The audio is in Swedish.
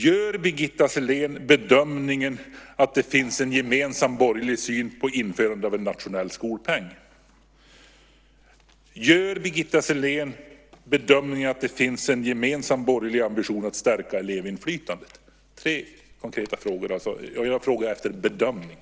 Gör Birgitta Sellén bedömningen att det finns en gemensam borgerlig syn på införande av en nationell skolpeng? Gör Birgitta Sellén bedömningen att det finns en gemensam borgerlig ambition att stärka elevinflytandet? Jag frågar alltså efter bedömningen.